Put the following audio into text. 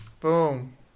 Boom